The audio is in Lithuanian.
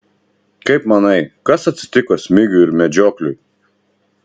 kaip manai kas atsitiko smigiui ir medžiokliui